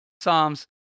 Psalms